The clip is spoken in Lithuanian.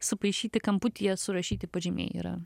sumaišyti kamputyje surašyti pažymiai yra